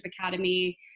Academy